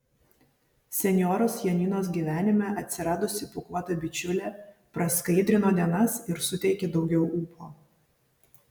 senjoros janinos gyvenime atsiradusi pūkuota bičiulė praskaidrino dienas ir suteikė daugiau ūpo